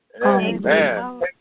Amen